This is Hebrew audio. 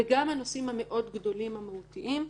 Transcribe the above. וגם הנושאים המאוד גדולים, המהותיים.